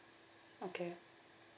okay